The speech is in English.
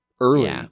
early